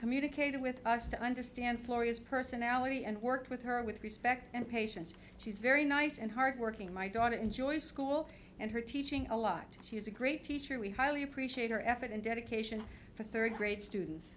communicated with us to understand florrie's personality and worked with her with respect and patience she's very nice and hardworking my daughter enjoys school and her teaching a lot of great teacher we highly appreciate her effort and dedication to third grade students